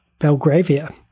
Belgravia